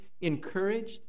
encouraged